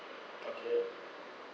okay